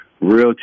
real